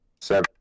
Seven